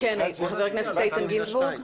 חבר הכנסת גינזבורג.